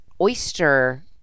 oyster